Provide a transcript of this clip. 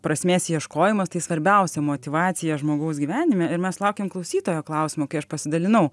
prasmės ieškojimas tai svarbiausia motyvacija žmogaus gyvenime ir mes sulaukėm klausytojo klausimo kai aš pasidalinau